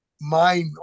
mind